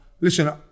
Listen